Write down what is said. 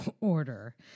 order